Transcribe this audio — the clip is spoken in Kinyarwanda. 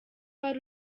hari